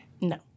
no